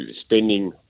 spending